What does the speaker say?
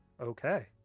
Okay